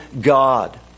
God